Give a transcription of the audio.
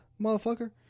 motherfucker